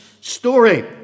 story